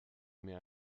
mir